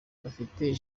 dufite